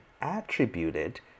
attributed